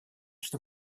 что